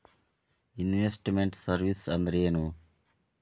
Invest made services ಅಂದ್ರೇನು?